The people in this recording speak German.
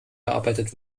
gearbeitet